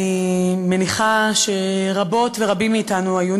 אני מניחה שרבות ורבים מאתנו היו